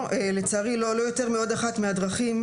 לצערי זאת לא יותר מעוד אחת מהדרכים,